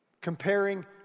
Comparing